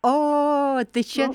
o čia